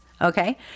Okay